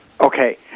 Okay